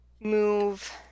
move